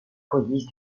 police